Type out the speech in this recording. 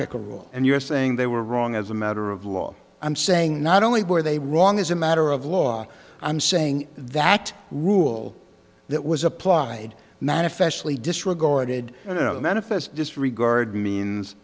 picker role and you're saying they were wrong as a matter of law i'm saying not only were they wrong as a matter of law i'm saying that rule that was applied manifestly disregarded the manifest disregard means